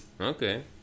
Okay